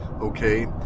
okay